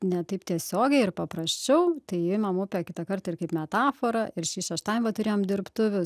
ne taip tiesiogiai ir paprasčiau tai imam upę kitąkart ir kaip metaforą ir šį šeštadienį va turėjom dirbtuvių